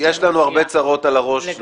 יש לנו הרבה צרות על הראש,